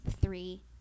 three